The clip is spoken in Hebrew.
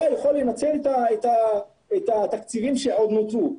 יכול לנצל את התקציבים שעוד נותרו.